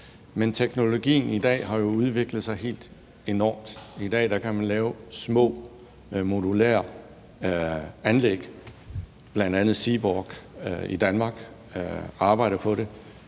Men teknologien i dag har jo udviklet sig helt enormt. I dag kan man lave små modulære anlæg, bl.a. arbejder Seaborg i Danmark på det.